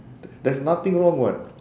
th~ there's nothing wrong [what]